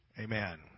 Amen